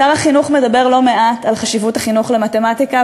שר החינוך מדבר לא מעט על חשיבות החינוך למתמטיקה,